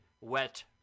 wet